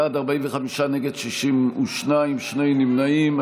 בעד, 45, נגד, 62, שני נמנעים.